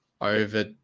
over